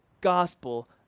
gospel